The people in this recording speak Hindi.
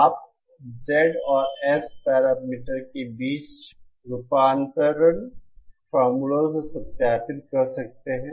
आप Z और S पैरामीटर के बीच रुपांतरण फ़ार्मुलों से सत्यापित कर सकते हैं